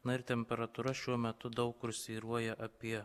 na ir temperatūra šiuo metu daug kur svyruoja apie